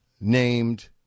named